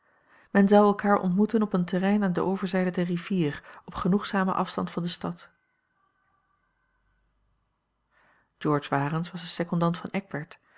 zou elkaar ontmoeten op een terrein aan de overzijde der rivier op genoegzamen afstand van de stad george warens was de secondant van eckbert